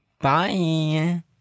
Bye